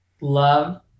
love